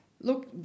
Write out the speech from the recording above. Look